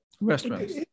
restaurants